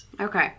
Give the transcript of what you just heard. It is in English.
Okay